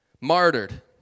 Martyred